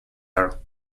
are